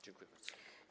Dziękuję bardzo.